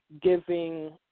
giving